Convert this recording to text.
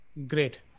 Great